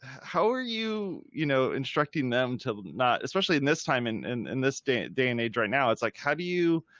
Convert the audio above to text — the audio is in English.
how are you, you know, instructing them to not, especially in this time, in, in, in this day day and age right now, it's like, how do you,